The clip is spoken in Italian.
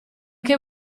che